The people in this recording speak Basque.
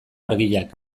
argiak